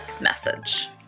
message